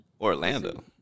Orlando